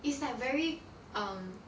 it's like very um